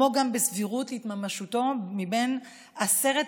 וכך גם הסבירות להתממשותו מבין עשרת